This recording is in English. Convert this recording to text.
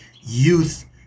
youth